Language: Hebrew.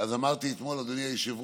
אז אמרתי אתמול, אדוני היושב-ראש,